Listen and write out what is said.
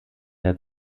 der